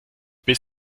bis